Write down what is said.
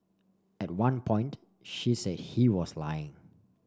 at one point she said he was lying